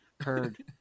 heard